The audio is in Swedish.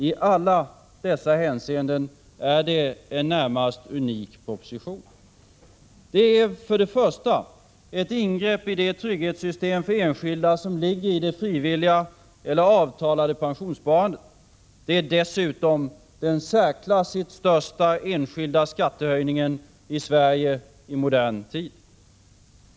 I alla dessa hänseenden är det en närmast unik proposition. Det är, för det första, ett ingrepp i det trygghetssystem för enskilda som ligger i det frivilliga eller avtalade pensionssparandet. Det är dessutom den särklassigt största enskilda skattehöjningen i Sverige i modern tid.